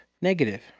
negative